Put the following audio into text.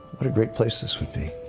what a great place this would be.